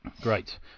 great